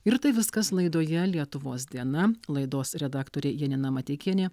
ir tai viskas laidoje lietuvos diena laidos redaktorė janina mateikienė